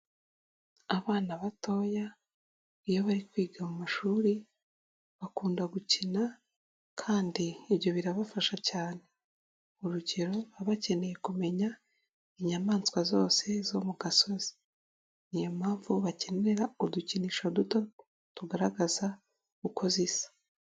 Abana batoya iyo bari kwiga mu mashuri, bakunda gukina kandi ibyo birabafasha cyane. Urugero babakeneye kumenya inyamaswa zose zo mu gasozi. Ni iyo mpamvu bakenera udukinisho duto, tugaragaza uko zisa.